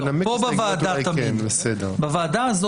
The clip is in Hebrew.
פה בוועדה תמיד.